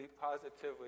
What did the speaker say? positively